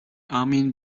amin